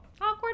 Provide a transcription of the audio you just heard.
awkward